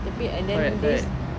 tapi and then this